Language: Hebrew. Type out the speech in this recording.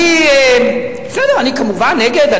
אני כמובן נגד,